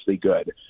good